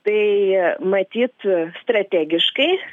tai matyti strategiškai